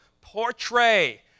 portray